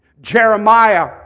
Jeremiah